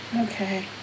Okay